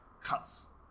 cuts